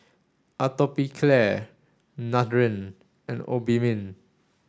Atopiclair Nutren and Obimin